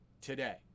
today